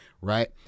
right